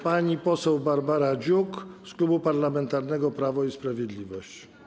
Pani poseł Barbara Dziuk z Klubu Parlamentarnego Prawo i Sprawiedliwość.